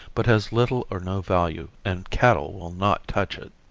but has little or no value and cattle will not touch it.